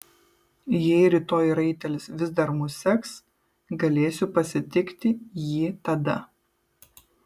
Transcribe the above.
jei rytoj raitelis vis dar mus seks galėsiu pasitikti jį tada